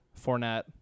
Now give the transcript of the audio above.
Fournette